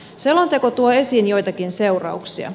selonteko tuo esiin joitakin seurauksia